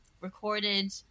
recorded